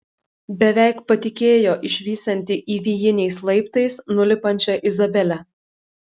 beveik patikėjo išvysianti įvijiniais laiptais nulipančią izabelę